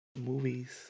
movies